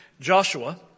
Joshua